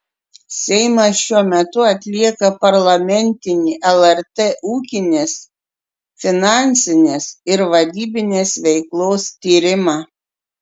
seimas šiuo metu atlieka parlamentinį lrt ūkinės finansinės ir vadybinės veiklos tyrimą